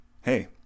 hey